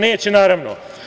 Neće, naravno.